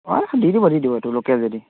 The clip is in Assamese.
অঁ দি দিব দি দিব এইটো লোকেল যদি